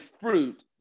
fruit